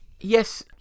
Yes